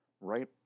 right